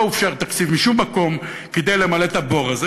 לא הופשר תקציב משום מקום כדי למלא את הבור הזה.